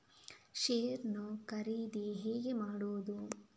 Share ನ್ನು ಖರೀದಿ ಹೇಗೆ ಮಾಡುವುದು?